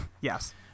Yes